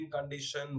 condition